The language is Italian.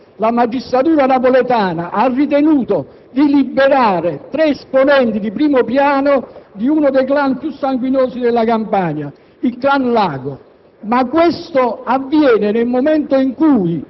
criminali, il massacro in quanto la magistratura napoletana ha ritenuto di liberare tre esponenti di primo piano di uno dei *clan* più sanguinosi della Campania, il *clan* Lago.